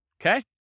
Okay